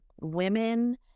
women